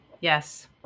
Yes